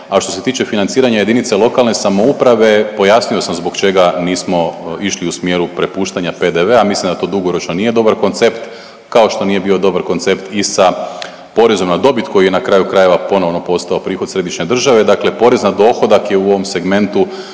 a što se tiče financiranja jedinice lokalne samouprave, pojasnio sam zbog čega nismo išli u smjeru prepuštanja PDV-a, mislim da to dugoročno nije dobar koncept, kao što nije bio dobar koncept i sa porezom na dobit koju je na kraju krajeva, ponovno postao prihod središnje države. Dakle porez na dohodak je u ovom segmentu,